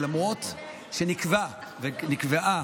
ולמרות שנקבעה